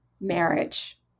marriage